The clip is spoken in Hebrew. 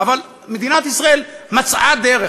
אבל מדינת ישראל מצאה דרך,